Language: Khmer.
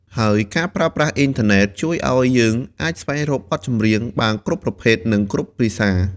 ហើយការប្រើប្រាស់អ៊ីនធឺណិត ជួយឱ្យយើងអាចស្វែងរកបទចម្រៀងបានគ្រប់ប្រភេទ និងគ្រប់ភាសា។